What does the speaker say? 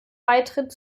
beitritt